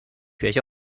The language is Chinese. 学院